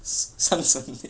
上上层内